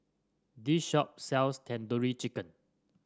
this shop sells Tandoori Chicken